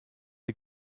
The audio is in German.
die